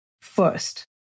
first